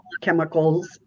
chemicals